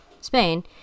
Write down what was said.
Spain